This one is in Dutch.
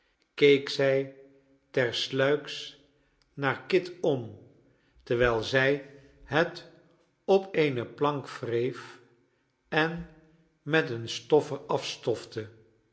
keek zij tersluiks naar kit om terwijl zij het op eene plank wreef en met een stoffer afstofte